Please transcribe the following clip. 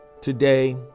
today